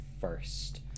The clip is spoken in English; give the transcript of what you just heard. first